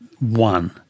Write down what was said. One